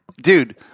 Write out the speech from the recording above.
dude